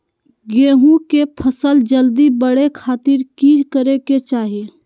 गेहूं के फसल जल्दी बड़े खातिर की करे के चाही?